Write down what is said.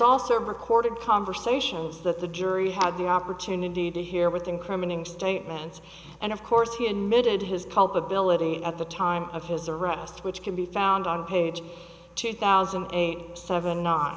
also recorded conversations that the jury had the opportunity to hear with incriminating statements and of course he admitted his culpability at the time of his arrest which can be found on page two thousand and eight seven not